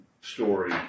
story